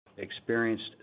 experienced